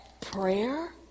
Prayer